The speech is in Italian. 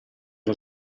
del